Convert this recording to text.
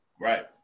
Right